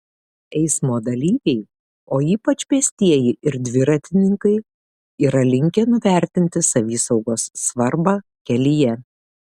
eismo dalyviai o ypač pėstieji ir dviratininkai yra linkę nuvertinti savisaugos svarbą kelyje